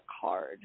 card